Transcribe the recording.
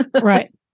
Right